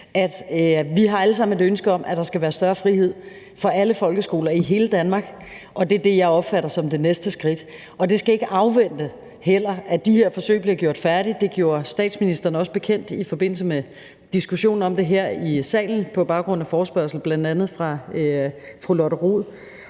har et ønske om, at der skal være større frihed for alle folkeskoler i hele Danmark, og det er det, som jeg opfatter som det næste skridt. Det skal ikke afvente heller, at de her forsøg bliver gjort færdige. Det gjorde statsministeren også bekendt i forbindelse med diskussionen om det her i salen på baggrund af forespørgslen fra bl.a. fru Lotte Rod.